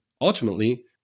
ultimately